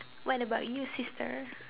what about you sister